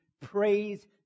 praise